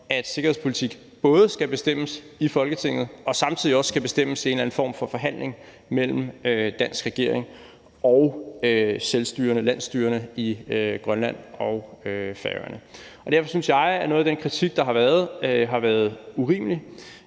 at sikkerhedspolitik både skal bestemmes i Folketinget og samtidig også skal bestemmes i en eller anden form for forhandling mellem den danske regering og selvstyret og landsstyret i Grønland og på Færøerne. Derfor synes jeg, at noget af den kritik, der har været, har været urimelig,